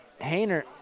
Hayner